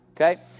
okay